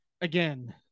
again